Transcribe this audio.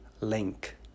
Link